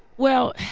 well,